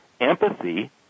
empathy